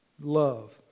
love